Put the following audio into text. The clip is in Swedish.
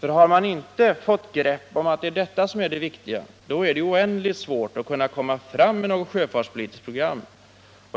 för har man inte fått grepp om att det är detta som är det viktiga, är det oändligt svårt att komma fram med något sjöfartspolitiskt program.